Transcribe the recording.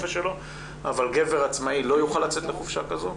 אבל גבר עצמאי לא יוכל לצאת לחופשה כזאת.